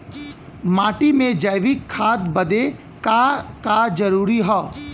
माटी में जैविक खाद बदे का का जरूरी ह?